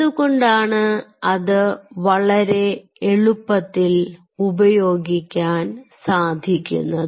എന്തുകൊണ്ടാണ് അത് വളരെ എളുപ്പത്തിൽ ഉപയോഗിക്കാൻ സാധിക്കുന്നത്